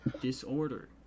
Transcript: disorder